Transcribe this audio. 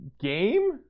game